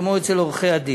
כמו אצל עורכי-הדין.